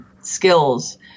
skills